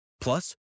Plus